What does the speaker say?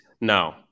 No